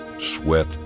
sweat